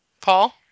Paul